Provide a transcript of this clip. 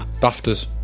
BAFTAs